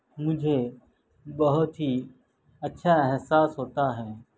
مجھے بہت ہی اچھا احساس ہوتا ہے